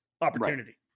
opportunity